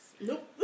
Nope